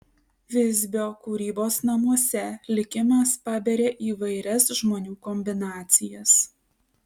visbio kūrybos namuose likimas paberia įvairias žmonių kombinacijas